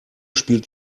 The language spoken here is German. spielt